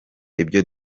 ibyo